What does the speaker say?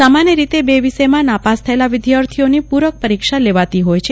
સામાન્ય રીતે લે વિષયમાં નાપાસ થયેલા વિદ્યાર્થીઓની પૂરક પરીક્ષા લેવાતી હોય છે